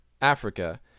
Africa